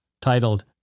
titled